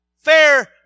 fair